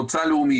מוצא לאומי,